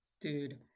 Dude